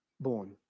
born